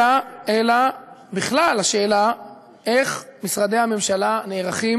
אלא בכלל לשאלה איך משרדי הממשלה נערכים